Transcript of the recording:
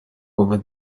over